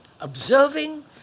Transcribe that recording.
observing